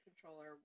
controller